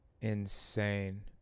insane